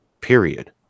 Period